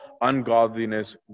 ungodliness